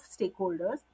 stakeholders